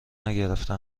نگرفته